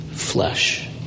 Flesh